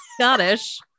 Scottish